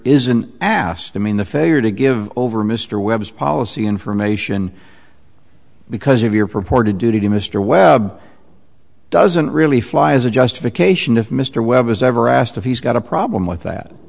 isn't asked to mean the failure to give over mr webb's policy information because of your purported duty to mr webb doesn't really fly as a justification if mr webb is ever asked if he's got a problem with that